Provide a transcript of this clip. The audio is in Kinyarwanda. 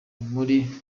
muri